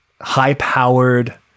high-powered